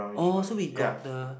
oh so we got the